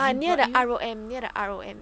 mummy got with you